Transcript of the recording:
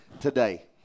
today